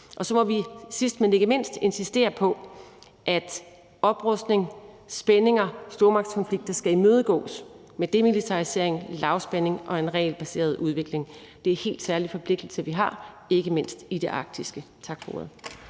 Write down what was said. Så må vi sidst, men ikke mindst insistere på, at oprustning, spændinger, stormagtskonflikter skal imødegås med demilitarisering, lavspænding og en regelbaseret udvikling. Det er en helt særlig forpligtelse, vi har, ikke mindst i det arktiske. Tak for